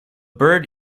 bird